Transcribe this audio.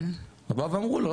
באו ואמרו לו,